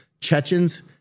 Chechens